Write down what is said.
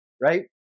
right